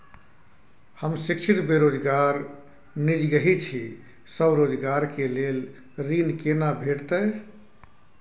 हम शिक्षित बेरोजगार निजगही छी, स्वरोजगार के लेल ऋण केना भेटतै?